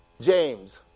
James